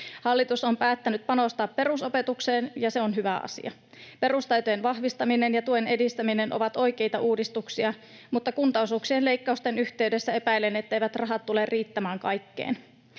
Hallitus on päättänyt panostaa perusopetukseen, ja se on hyvä asia. Perustaitojen vahvistaminen ja tuen edistäminen ovat oikeita uudistuksia, mutta kuntaosuuksien leikkausten yhteydessä epäilen, etteivät rahat tule riittämään kaikkeen.